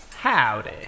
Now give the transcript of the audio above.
Howdy